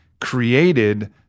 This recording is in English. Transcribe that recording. created